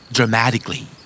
Dramatically